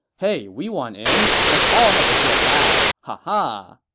hey, we want in. let's all have a good laugh. haha.